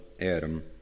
Adam